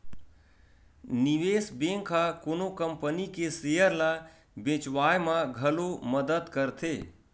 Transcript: निवेस बेंक ह कोनो कंपनी के सेयर ल बेचवाय म घलो मदद करथे